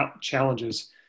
challenges